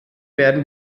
werden